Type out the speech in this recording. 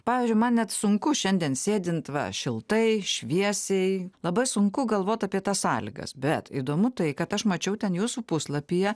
pavyzdžiui man net sunku šiandien sėdint šiltai šviesiai labai sunku galvot apie tas sąlygas bet įdomu tai kad aš mačiau ten jūsų puslapyje